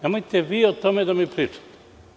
Nemojte vi o tome da mi pričate.